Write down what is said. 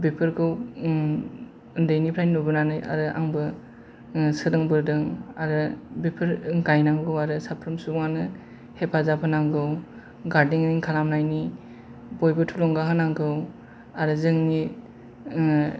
बेफोरखौ उन्दैनिफ्रायनो नुबो नानै आरो आंबो सोलोंबोदों आरो बेफोर गायनांगौ आरो साफ्रोम सुबुंआनो हेफाजाब होनांगौ गारदेनिं खालामनायनि बयबो थुलुंगा होनांगौ आरो जोंनि